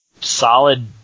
solid